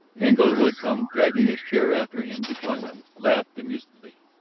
engle, who had come, dragging his chair after him, to join them, laughed amusedly.